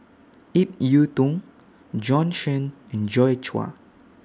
Ip Yiu Tung Bjorn Shen and Joi Chua